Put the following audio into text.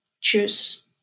choose